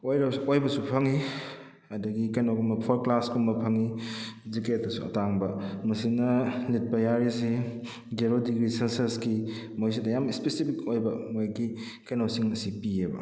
ꯑꯣꯏꯕꯁꯨ ꯐꯪꯏ ꯑꯗꯨꯗꯒꯤ ꯀꯩꯅꯣꯒꯨꯝꯕ ꯐꯣꯔꯊ ꯀ꯭ꯂꯥꯁꯀꯨꯝꯕ ꯐꯪꯏ ꯖꯤꯛꯀꯦꯠꯇꯁꯨ ꯑꯇꯥꯡꯕ ꯃꯁꯤꯅ ꯂꯤꯠꯄ ꯌꯥꯔꯤꯁꯤ ꯖꯦꯔꯣ ꯗꯤꯒ꯭ꯔꯤ ꯁꯦꯜꯁꯤꯌꯁꯀꯤ ꯃꯤꯏꯁꯤꯗ ꯌꯥꯝ ꯁ꯭ꯄꯦꯁꯤꯐꯤꯛ ꯑꯣꯏꯕ ꯃꯣꯏꯒꯤ ꯀꯩꯅꯣꯁꯤꯡ ꯑꯁꯤ ꯄꯤꯑꯕ